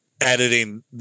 editing